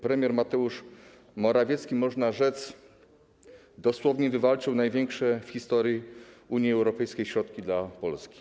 Premier Mateusz Morawiecki, można rzec, dosłownie wywalczył największe w historii Unii Europejskiej środki dla Polski.